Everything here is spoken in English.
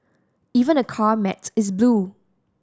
even the car mats is blue